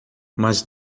mas